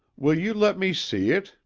will you let me see it?